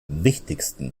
wichtigsten